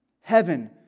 Heaven